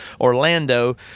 Orlando